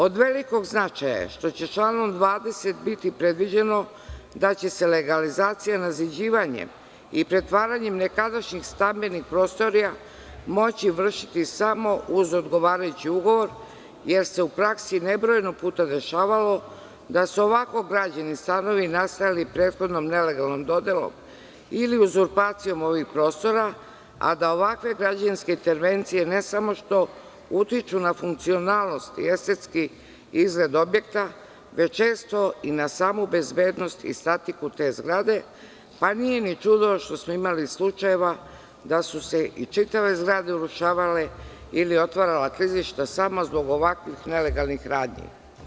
Od velikog značaja je što će članom 20. biti predviđeno da će se legalizacija nadziđivanjem i pretvaranjem nekadašnjih stambenih prostorija moći vršiti samo uz odgovarajući ugovor, jer se u praksi nebrojeno puta dešavalo da su ovako građeni stanovi nastajali prethodno nelegalnom dodelom ili uzurpacijom ovih prostora, a da ovakve građevinske intervencije, ne samo što utiču na funkcionalnost i estetski izgled objekta, već često i na samu bezbednost i statiku te zgrade, pa nije ni čudo što smo imali slučajeva da su se i čitave zgrade urušavale ili otvarala klizišta samo zbog ovakvih nelegalnih radnji.